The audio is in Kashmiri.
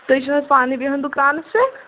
تُہۍ چھُ حظ پانَے بیٚہوَان دُکانَس پٮ۪ٹھ